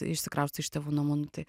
išsikraustai iš tėvų namų nu tai